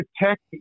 Protect